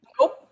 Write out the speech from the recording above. Nope